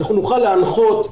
נוכל להנחות,